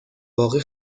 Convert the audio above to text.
باقی